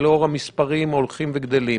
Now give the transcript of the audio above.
ולאור המספרים ההולכים וגדלים,